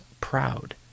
proud